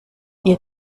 ihr